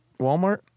Walmart